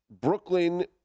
Brooklyn